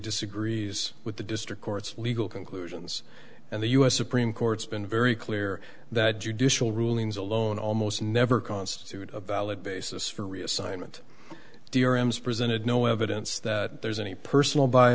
disagrees with the district court's legal conclusions and the u s supreme court's been very clear that judicial rulings alone almost never constitute a valid basis for reassignment drams presented no evidence that there's any personal